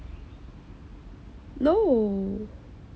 no